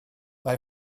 mae